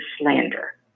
slander